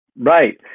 Right